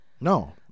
No